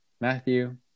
Matthew